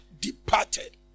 departed